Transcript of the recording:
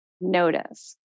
notice